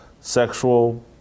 sexual